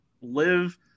live